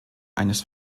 eines